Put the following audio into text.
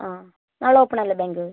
ആ നാളെ ഓപ്പൺ അല്ലെ ബാങ്ക്